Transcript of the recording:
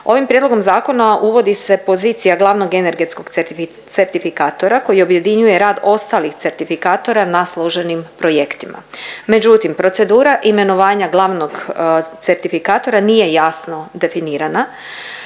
Ovim prijedlogom zakona uvodi se pozicija glavnog energetskog certifikatora koji objedinjuje rad ostalih certifikatora na složenim projektima. Međutim procedura imenovanja glavnog certifikatora nije jasno definirana,